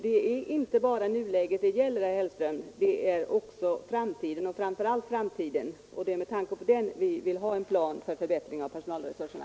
Det är inte bara nuläget det gäller, herr Hellström, utan också framtiden, framför allt framtiden. Det är med tanke på den som vi vill ha en plan för förbättring av personalresurserna.